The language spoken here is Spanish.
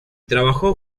trabajó